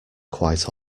quite